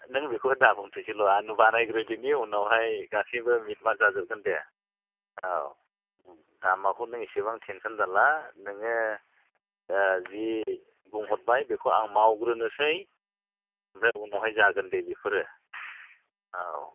नों बेखौ दाबुंसैसोल' आं बानायग्रोदोनि उनावहाय गासैबो मिथमाथ जाबोबगोन दे औ दामखौ नों एसेबां टेनसन दाला नोङो जि बुंहरबाय बेखौ आं मावग्रोनोसै ओमफ्राय उनावहाय जागोन दे बेफोरो औ